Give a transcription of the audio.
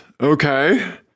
Okay